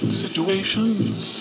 situations